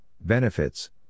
Benefits